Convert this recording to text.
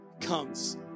comes